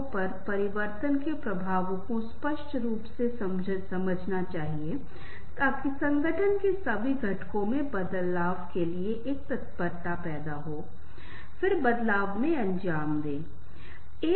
और यह उसी चीज़ का और स्पष्टीकरण है जो मैंने जागरूकता acquaintance ground breaking rapport building exploration के बारे में बताया है इसका मतलब है जानकारी मांगना जानकारी देना